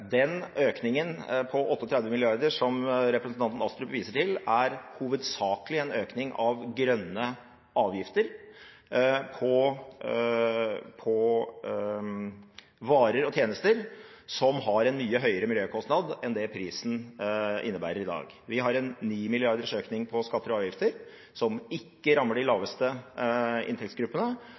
den økningen på 38 mrd. kr, som representanten Astrup viser til, er hovedsakelig en økning av grønne avgifter på varer og tjenester som har en mye høyere miljøkostnad enn det prisen innebærer i dag. Vi har en 9 milliarders økning på skatter og avgifter som ikke rammer de laveste inntektsgruppene,